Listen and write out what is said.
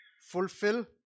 fulfill